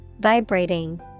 Vibrating